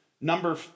number